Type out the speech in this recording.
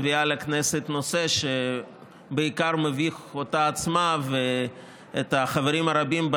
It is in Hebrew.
מביאה לכנסת נושא שבעיקר מביך אותה עצמה ואת החברים הרבים בה